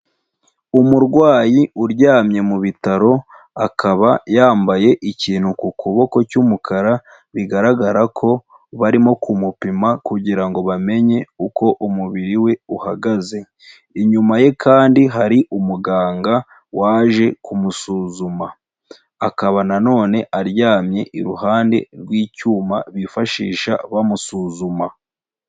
Umurwayi uryamye mu bitaro akaba yambaye ikintu ku kuboko cy'umukara bigaragara ko barimo kumupima kugira ngo bamenye uko umubiri we uhagaze, inyuma ye kandi hari umuganga waje kumusuzuma, akaba na none aryamye iruhande rw'icyuma bifashisha bamusuzuma.